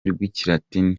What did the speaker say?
rw’ikilatini